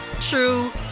true